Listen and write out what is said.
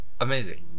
amazing